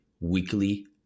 weekly